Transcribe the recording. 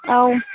औ